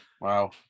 Wow